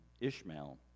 Ishmael